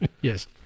Yes